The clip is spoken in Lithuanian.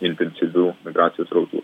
intensyvių migracijos srautų